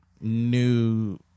new